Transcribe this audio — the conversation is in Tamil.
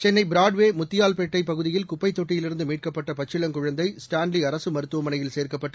சென்னை பிராட்வே முத்தியால்பேட்டை பகுதியில் குப்பைத் தொட்டியிலிருந்து மீட்கப்பட்ட பச்சிளங்குழந்தை ஸ்டான்லி அரசு மருத்துவமனையில் சேர்க்கப்பட்டு